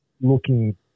looking